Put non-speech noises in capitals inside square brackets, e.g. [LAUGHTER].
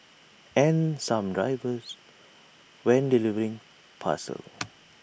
and some drivers when delivering parcels [NOISE]